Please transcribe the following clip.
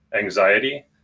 anxiety